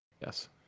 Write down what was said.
yes